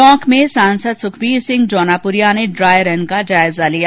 टोंक में सांसद सुखवीर सिंह जौनपुरिया ने ड्राई रन का जायजा लिया